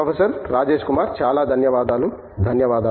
professor Rajesh Kumar చాలా ధన్యవాదాలు